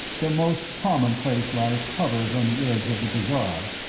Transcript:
the most commonplace life hovers on the edge of the bizarre.